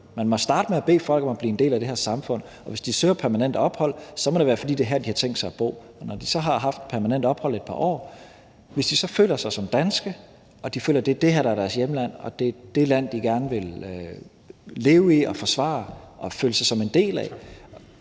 Man må starte med at bede folk om at blive en del af det her samfund, og hvis de søger permanent ophold, må det være, fordi det er her, de har tænkt sig at bo. Når de så har haft permanent ophold i et par år, og hvis de så føler sig som danske og de føler, at det er det her, der er deres hjemland – at det er det land, de gerne vil leve i og forsvare og føle sig som en del af